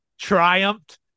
triumphed